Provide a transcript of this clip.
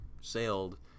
sailed